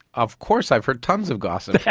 of course i've heard tonnes of gossip!